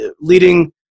leading